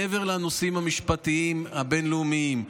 מעבר לנושאים המשפטיים הבין-לאומיים,